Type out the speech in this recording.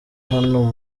hano